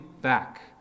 back